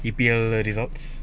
P P_L_A results